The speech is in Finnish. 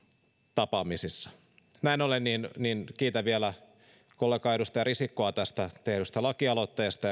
tapaamisissa näin ollen kiitän vielä kollegaa edustaja risikkoa tästä tehdystä lakialoitteesta